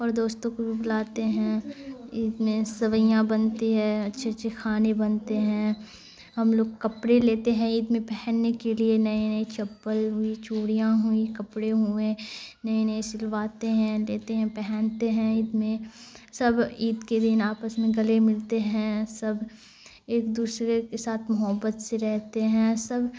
اور دوستوں کو بھی بلاتے ہیں عید میں سویاں بنتی ہے اچھے اچھے کھانے بنتے ہیں ہم لوگ کپڑے لیتے ہیں عید میں پہننے کے لیے نئے نئے چپل ہوئی چوڑیاں ہوئیں کپڑے ہوئیں نئے نئے سلواتے ہیں لیتے ہیں پہنتے ہیں عید میں سب عید کے دن آپس میں گلے ملتے ہیں سب ایک دوسرے کے ساتھ محبت سے رہتے ہیں سب